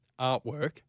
artwork